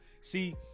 See